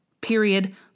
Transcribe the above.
Period